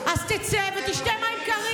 תוציא אותו, בבקשה.